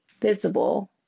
visible